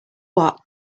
what